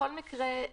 בכל מקרה,